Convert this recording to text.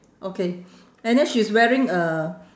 okay and then she's wearing a